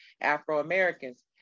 afro-americans